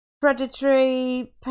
predatory